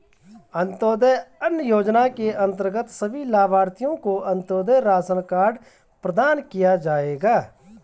अंत्योदय अन्न योजना के अंतर्गत सभी लाभार्थियों को अंत्योदय राशन कार्ड प्रदान किया जाएगा